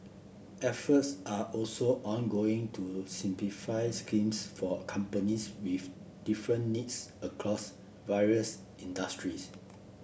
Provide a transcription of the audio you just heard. efforts are also ongoing to simplify schemes for companies with different needs across various industries